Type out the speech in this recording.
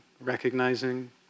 recognizing